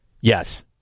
Yes